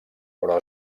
però